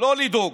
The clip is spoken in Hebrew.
לא לדאוג.